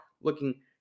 looking